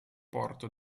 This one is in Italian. porto